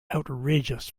outrageous